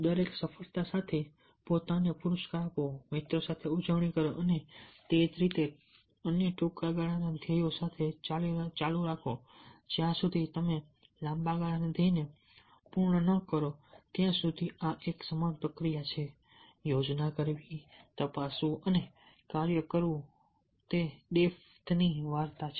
દરેક સફળતા સાથે પોતાને પુરસ્કાર આપો મિત્રો સાથે ઉજવણી કરો અને તે જ રીતે અન્ય ટૂંકા ગાળાના ધ્યેયો સાથે ચાલુ રાખો જ્યાં સુધી તમે લાંબા ગાળાના ધ્યેયને પૂર્ણ ન કરો ત્યાં સુધી આ એક સમાન પ્રક્રિયા છે યોજના કરવી તપાસવું અને કાર્ય કરવું અને અહીં ડેફની વાર્તા છે